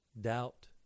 doubt